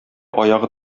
аягы